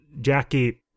Jackie